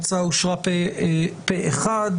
הצבעה אושרה ההצעה אושרה פה-אחד.